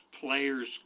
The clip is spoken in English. Players